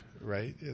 right